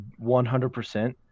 100%